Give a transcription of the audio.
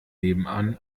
nebenan